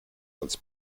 als